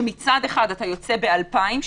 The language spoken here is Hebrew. שמצד אחד אתה יוצא באלפיים,